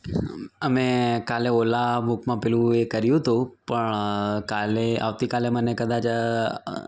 અમે કાલે ઓલા બૂકમાં પેલું એ કર્યું તું પણ કાલે આવતીકાલે મને કદાચ અ